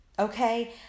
okay